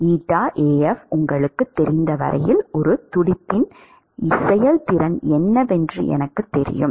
Af உங்களுக்குத் தெரிந்த வரையில் ஒரு துடுப்பின் செயல்திறன் என்னவென்று எனக்குத் தெரியும்